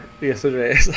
yesterday